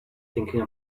thinking